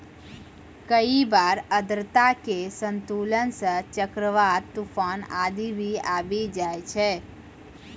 कई बार आर्द्रता के असंतुलन सं चक्रवात, तुफान आदि भी आबी जाय छै